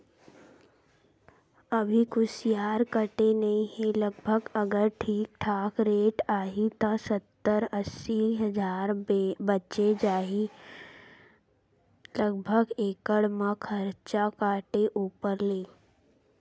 अभी कुसियार कटे नइ हे लगभग अगर ठीक ठाक रेट आही त सत्तर अस्सी हजार बचें जाही लगभग एकड़ म खरचा काटे ऊपर ले